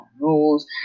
rules